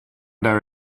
their